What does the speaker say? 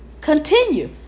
continue